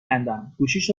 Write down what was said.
کندم، گوشیش